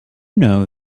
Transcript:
know